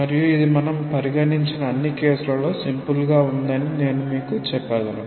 మరియు ఇది మనం పరిగణించిన అన్ని కేసులలో సింపుల్ గా ఉన్నదని నేను మీకు చెప్పగలను